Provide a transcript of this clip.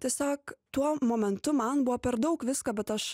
tiesiog tuo momentu man buvo per daug visko bet aš